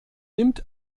nimmt